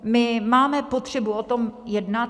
My máme potřebu o tom jednat.